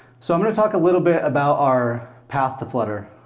so i'm going to talk a little bit about our path to flutter.